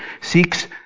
seeks